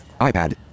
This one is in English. iPad